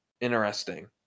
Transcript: interesting